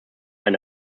eine